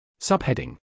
Subheading